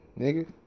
nigga